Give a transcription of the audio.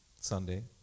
Sunday